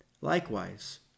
Likewise